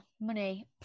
money